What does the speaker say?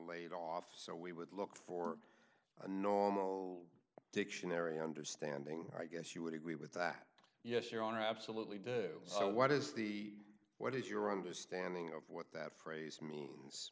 laid off so we would look for a normal dictionary understanding i guess you would agree with that yes your honor i absolutely do so what is the what is your understanding of what that phrase means